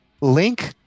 Link